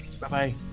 Bye-bye